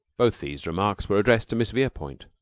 both these remarks were addressed to miss verepoint.